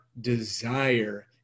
desire